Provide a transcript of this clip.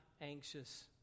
anxious